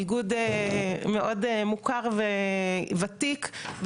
איגוד מאוד מוכר וותיק,